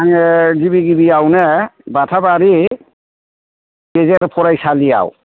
आङो गिबि गिबियावनो बाथाबारि गेजेर फरायसालियाव